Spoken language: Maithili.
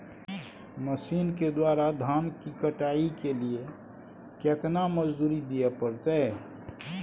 मसीन के द्वारा धान की कटाइ के लिये केतना मजदूरी दिये परतय?